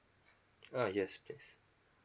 uh yes please